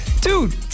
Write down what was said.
Dude